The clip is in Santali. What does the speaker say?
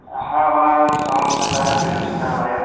ᱦᱮᱸ ᱚᱱᱟ ᱥᱟᱢᱟᱝ ᱥᱮᱫ ᱛᱟᱦᱮᱱᱟ ᱯᱮᱪᱷᱚᱱ ᱥᱮᱫ ᱛᱟᱦᱮᱱᱟ ᱵᱟᱨᱭᱟ